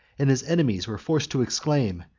and his enemies were forced to exclaim,